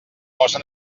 posa